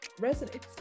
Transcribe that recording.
resonates